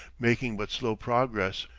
making but slow progress.